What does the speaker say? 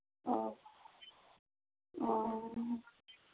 ᱚ ᱚ